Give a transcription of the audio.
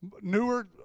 newer